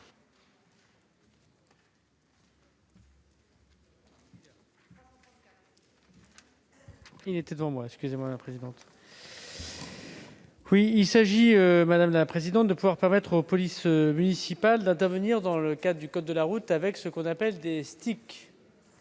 Il s'agit de permettre aux polices municipales d'intervenir, dans le cadre du code de la route, avec ce que l'on appelle des «